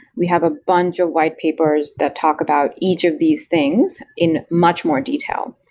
we have a bunch of white papers that talk about each of these things in much more detail.